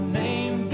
name